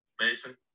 Mason